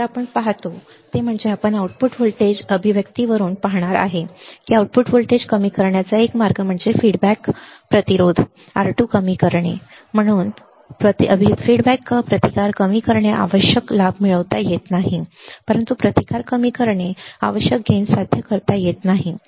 तर आपण जे पाहतो ते म्हणजे आपण आउटपुट व्होल्टेज अभिव्यक्तीवरून पाहणार आहोत की आउटपुट व्होल्टेज कमी करण्याचा एक मार्ग म्हणजे फीडबॅक प्रतिरोध R2 कमी करणे परंतु अभिप्राय प्रतिकार कमी करणे आवश्यक लाभ मिळवता येत नाही परंतु प्रतिकार प्रतिकार कमी करणे आवश्यक लाभ साध्य करता येत नाही बरोबर